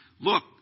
Look